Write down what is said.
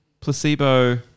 placebo